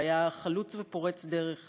והיה חלוץ ופורץ דרך